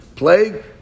plague